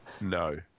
No